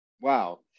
wow